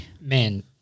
Man